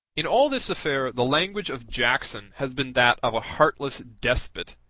in all this affair the language of jackson has been that of a heartless despot,